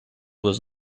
was